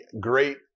great